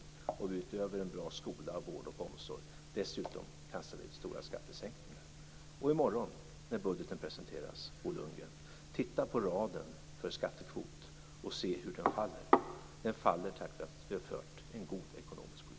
Skall vi utöver en bra skola, vård och omsorg dessutom genomföra stora skattesänkningar? I morgon när budgeten presenteras, Bo Lundgren, titta på raden för skattekvot och se hur kvoten faller. Den faller tack vare att vi har fört en god ekonomisk politik.